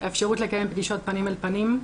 אפשרות לקיים פגישות פנים אל פנים,